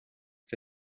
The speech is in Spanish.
que